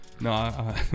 No